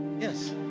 yes